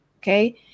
okay